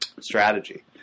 strategy